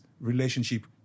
relationship